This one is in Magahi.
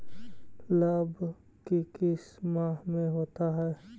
लव की किस माह में होता है?